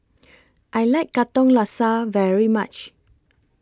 I like Katong Laksa very much